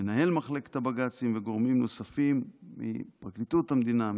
מנהל מחלקת הבג"צים וגורמים נוספים מפרקליטות המדינה,